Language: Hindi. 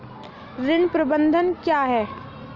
ऋण प्रबंधन क्या है?